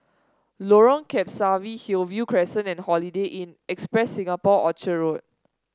Lorong Kebasi Hillview Crescent and Holiday Inn Express Singapore Orchard Road